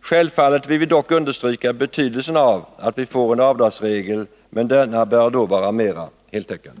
Självfallet vill vi understryka betydelsen av att en avdragsreform genomförs, men denna bör då inte vara så begränsad.